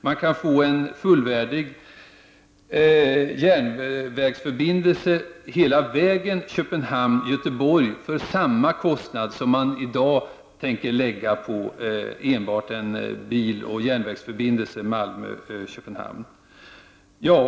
Man kan få en fullvärdig järnvägsförbindelse hela vägen från Köpenhamn till Göteborg för samma belopp som man i dag tänker lägga ned på en biloch järnvägsförbindelse Malmö-Köpenhamn.